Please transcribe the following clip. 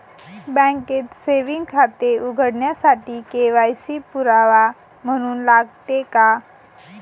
बँकेत सेविंग खाते उघडण्यासाठी के.वाय.सी पुरावा म्हणून लागते का?